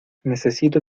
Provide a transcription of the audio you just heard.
necesito